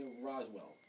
Roswell